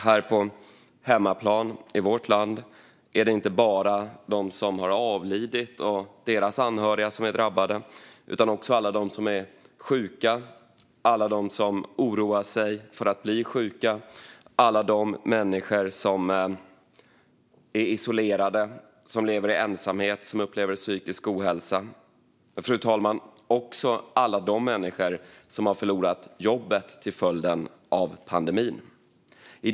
Här på hemmaplan, i vårt land, är det inte bara de som har avlidit och deras anhöriga som är drabbade. Drabbade är också alla de som är sjuka, alla de som oroar sig för att bli sjuka och alla de människor som är isolerade, som lever i ensamhet och som upplever psykisk ohälsa. Drabbade är även alla de människor som har förlorat jobbet till följd av pandemin, fru talman.